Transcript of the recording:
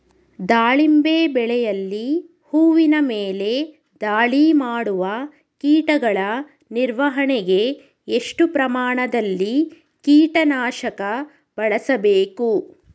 ದಾಳಿಂಬೆ ಬೆಳೆಯಲ್ಲಿ ಹೂವಿನ ಮೇಲೆ ದಾಳಿ ಮಾಡುವ ಕೀಟಗಳ ನಿರ್ವಹಣೆಗೆ, ಎಷ್ಟು ಪ್ರಮಾಣದಲ್ಲಿ ಕೀಟ ನಾಶಕ ಬಳಸಬೇಕು?